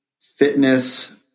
fitness